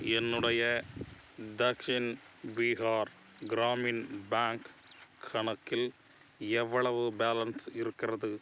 என்னுடைய தக்ஷின் பீகார் கிராமின் பேங்க் கணக்கில் எவ்வளவு பேலன்ஸ் இருக்கிறது